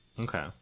Okay